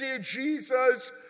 Jesus